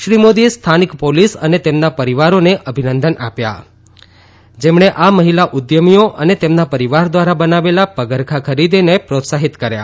શ્રી મોદીએ સ્થાનિક પોલીસ અને તેમના પરિવારોને અભિનંદન આપ્યા જેમણે આ મહિલા ઉદ્દમીઓ અને તેમના પરિવાર દ્વારા બનાવેલા પગરખાં ખરીદીને પ્રોત્સાહિત કર્યા